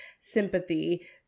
sympathy